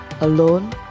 Alone